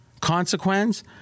consequence